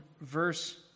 verse